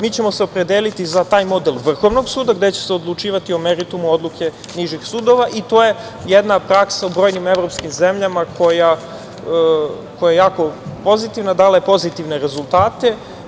Mi ćemo se opredeliti za taj model Vrhovnog suda gde će se odlučivati o meritumu odluke nižih sudova i to je jedna praksa u brojnim evropskim zemljama koja je jako pozitivna i dala je pozitivne rezultate.